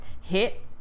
hit